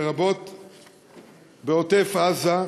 לרבות בעוטף-עזה,